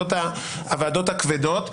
הוועדות הכבדות,